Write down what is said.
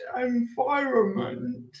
environment